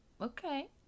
Okay